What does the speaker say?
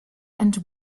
and